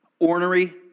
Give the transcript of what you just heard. ornery